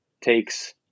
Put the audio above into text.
takes